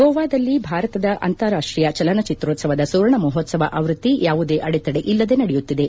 ಗೋವಾದಲ್ಲಿ ಭಾರತದ ಅಂತಾರಾಷ್ಟೀಯ ಚಲನಚಿತೋತ್ಸವದ ಸುವರ್ಣ ಮಹೋತ್ಸವ ಆವೃತ್ತಿ ಯಾವುದೇ ಅಡೆತಡೆ ಇಲ್ಲದೆ ನಡೆಯುತ್ತಿದೆ